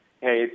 hey